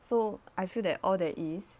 so I feel that all that is